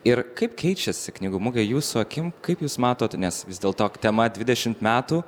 ir kaip keičiasi knygų mugė jūsų akim kaip jūs matot nes vis dėlto tema dvidešimt metų